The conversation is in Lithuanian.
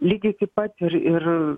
lygiai taip pat ir ir